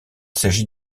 s’agit